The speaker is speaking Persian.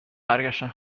برگشتن